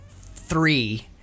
three